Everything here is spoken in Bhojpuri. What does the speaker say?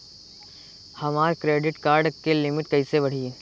हमार क्रेडिट कार्ड के लिमिट कइसे बढ़ी?